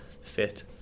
fit